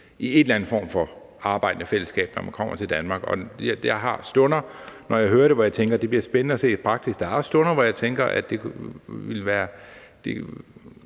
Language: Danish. i en eller anden form for arbejdende fællesskab, når man kommer til Danmark, og jeg har stunder, når jeg hører det, hvor jeg tænker, at det bliver spændende at se i praksis; der er også stunder, hvor jeg tænker, at jeg godt selv